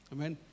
Amen